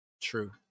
True